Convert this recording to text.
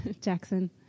Jackson